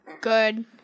good